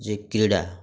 ଯେ କ୍ରୀଡ଼ା